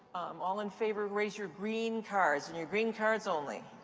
all in favor, raise your green cards, and your green cards only.